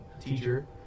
teacher